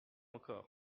encore